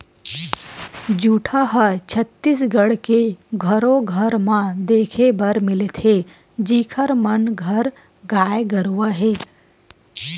खूटा ह छत्तीसगढ़ के घरो घर म देखे बर मिलथे जिखर मन घर गाय गरुवा हे